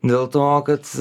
dėl to kad